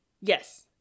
Yes